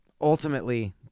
ultimately